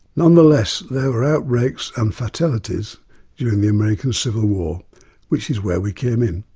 nonetheless, there were outbreaks and fatalities during the american civil war which is where we came in.